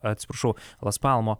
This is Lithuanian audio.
atsiprašau las palmo